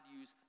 use